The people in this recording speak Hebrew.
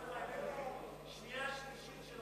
אומר לך שהבאתי במושב הזה לקריאה שנייה ושלישית,